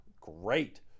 Great